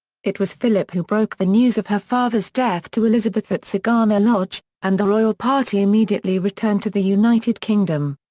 it was philip who broke the news of her father's death to elizabeth at sagana lodge, and the royal party immediately returned to the united kingdom.